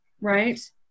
right